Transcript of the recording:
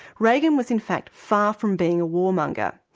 reagan was in fact far from being a warmonger.